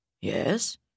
Yes